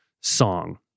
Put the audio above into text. song